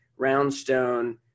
Roundstone